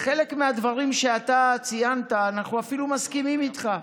בחלק מהדברים שאתה ציינת אנחנו אפילו מסכימים איתך.